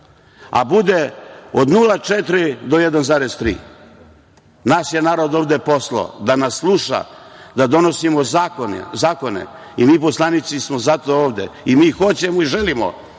a bude od 0,4 do 1,3. Nas je narod ovde poslao da nas sluša, da donosimo zakone i mi poslanici smo zato ovde. Mi hoćemo i želimo,